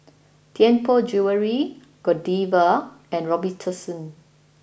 Tianpo Jewellery Godiva and Robitussin